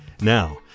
Now